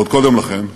ועוד קודם לכן,